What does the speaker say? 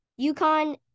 UConn